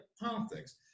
politics